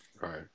right